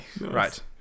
right